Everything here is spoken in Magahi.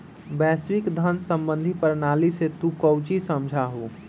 वैश्विक धन सम्बंधी प्रणाली से तू काउची समझा हुँ?